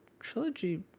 trilogy